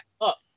up